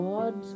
God